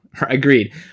agreed